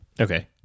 Okay